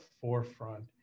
forefront